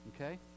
Okay